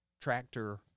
tractor